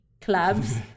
clubs